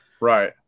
Right